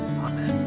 Amen